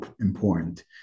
important